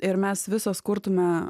ir mes visos kurtume